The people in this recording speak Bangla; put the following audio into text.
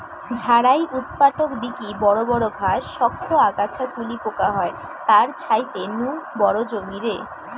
ঝাড়াই উৎপাটক দিকি বড় বড় ঘাস, শক্ত আগাছা তুলি পোকা হয় তার ছাইতে নু বড় জমিরে